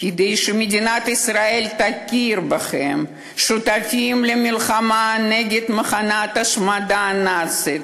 כדי שמדינת ישראל תכיר בכם כשותפים למלחמה נגד מכונת ההשמדה הנאצית.